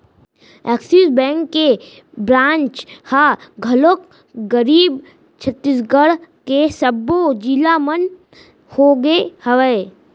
Axis bank के branch ह घलोक करीब छत्तीसगढ़ के सब्बो जिला मन होगे हवय